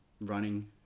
running